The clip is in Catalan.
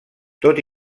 tot